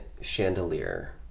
chandelier